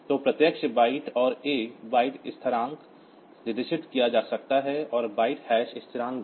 तो प्रत्यक्ष बाइट और A बाइट स्थिरांक निर्दिष्ट किया जा सकता है और बाइट हैश स्थिरांक भी